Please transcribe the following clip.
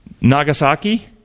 Nagasaki